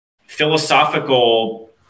philosophical